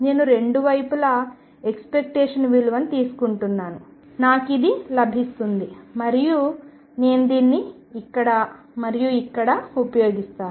నేను రెండు వైపులా ఎక్స్పెక్టేషన్ విలువను తీసుకుంటాను నాకు ఇది లభిస్తుంది మరియు నేను దీన్ని ఇక్కడ మరియు ఇక్కడ ఉపయోగిస్తాను